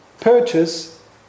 purchase